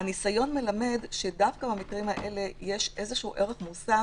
הניסיון מלמד שדווקא במקרים האלה יש איזשהו ערך מוסף,